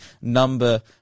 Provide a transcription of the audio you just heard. number